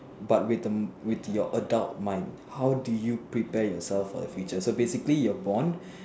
but with a with your adult mind how you prepare yourself for the future so basically you are born